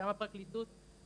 גם הפרקליטות,